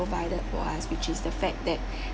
provided for us which is the fact that